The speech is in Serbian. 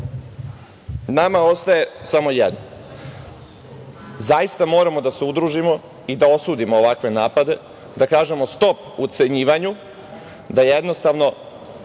nama ostaje samo jedno, zaista moramo da se udružimo i da osudimo ovakve napade, da kažemo, stop ucenjivanju, da jednostavno